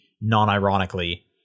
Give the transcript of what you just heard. non-ironically